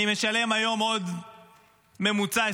אני משלם היום עוד 20% בממוצע.